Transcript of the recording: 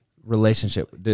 Relationship